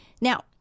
Now